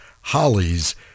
Hollies